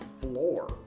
floor